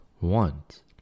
want